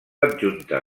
adjunta